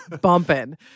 bumping